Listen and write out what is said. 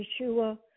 Yeshua